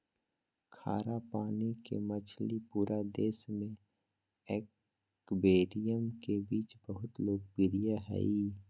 खारा पानी के मछली पूरे देश में एक्वेरियम के बीच बहुत लोकप्रिय हइ